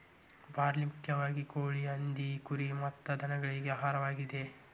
barley ಮುಖ್ಯವಾಗಿ ಕೋಳಿ, ಹಂದಿ, ಕುರಿ ಮತ್ತ ದನಗಳಿಗೆ ಆಹಾರವಾಗಿದೆ